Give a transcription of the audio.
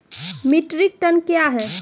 Metric ton कया हैं?